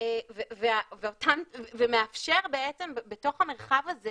ומאפשר בתוך המרחב הזה